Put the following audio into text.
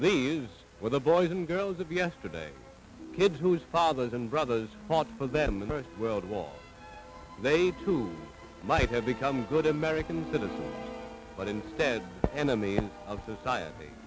were the boys and girls of yesterday kids whose fathers and brothers fought for them the first world war they too might have become good american citizens but instead enemy of society